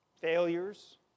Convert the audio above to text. failures